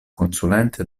consulente